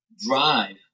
drive